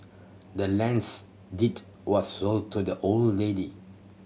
the land's deed was sold to the old lady